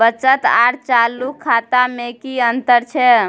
बचत आर चालू खाता में कि अतंर छै?